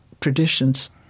traditions